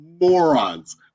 morons